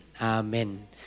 Amen